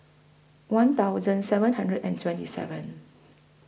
one thousand seven hundred and twenty seven